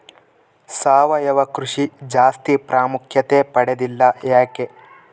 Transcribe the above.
ಸಾವಯವ ಕೃಷಿ ಜಾಸ್ತಿ ಪ್ರಾಮುಖ್ಯತೆ ಪಡೆದಿಲ್ಲ ಯಾಕೆ?